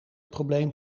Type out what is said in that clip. probleem